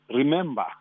Remember